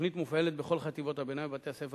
התוכנית מופעלת בכל חטיבות הביניים ובתי-הספר